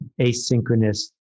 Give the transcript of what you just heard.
asynchronous